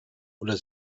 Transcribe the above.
oder